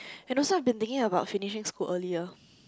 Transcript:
and also I've been thinking about finishing school earlier